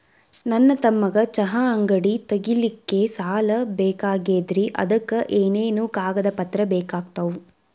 ನನ್ನ ತಮ್ಮಗ ಚಹಾ ಅಂಗಡಿ ತಗಿಲಿಕ್ಕೆ ಸಾಲ ಬೇಕಾಗೆದ್ರಿ ಅದಕ ಏನೇನು ಕಾಗದ ಪತ್ರ ಬೇಕಾಗ್ತವು?